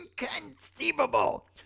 inconceivable